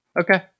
Okay